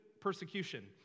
persecution